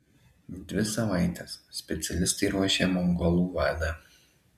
dvi savaites specialistai ruošė mongolų vadą